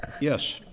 Yes